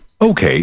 Okay